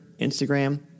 Instagram